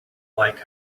like